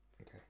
Okay